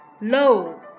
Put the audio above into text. Low